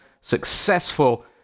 successful